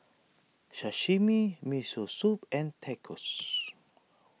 Sashimi Miso Soup and Tacos